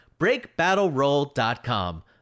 BreakBattleRoll.com